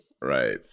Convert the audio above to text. right